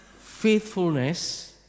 faithfulness